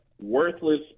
worthless